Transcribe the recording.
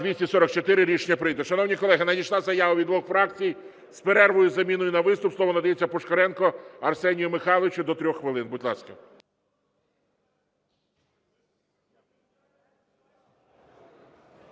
За-244 Рішення прийнято. Шановні колеги, надійшла заява від двох фракцій з перервою, заміною на виступ. Слово надається Пушкаренку Арсенію Михайловичу до 3 хвилин, будь ласка.